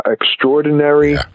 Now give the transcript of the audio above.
extraordinary